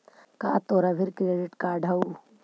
का तोरा भीर क्रेडिट कार्ड हउ?